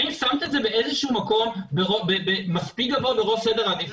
האם שמת את זה באיזה שהוא מקום מספיק גבוה בראש סדר העדיפויות?